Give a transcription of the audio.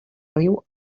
riu